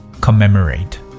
commemorate